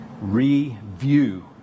review